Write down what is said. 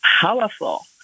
powerful